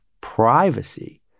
privacy